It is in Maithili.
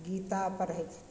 गीता पढ़य छथिन